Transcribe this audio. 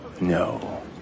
No